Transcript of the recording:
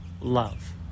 love